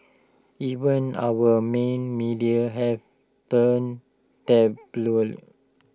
even our main media have turned tabloid